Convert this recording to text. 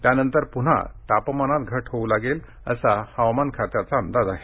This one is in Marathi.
त्यानंतर पुन्हा तापमानात घट होऊ लागेल असा हवामानखात्याचा अंदाज आहे